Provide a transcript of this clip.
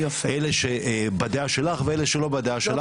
אלה שבדעה שלך ואלה שלא בדעה שלך,